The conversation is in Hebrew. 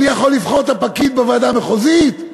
אני יכול לבחור את הפקיד בוועדה המחוזית?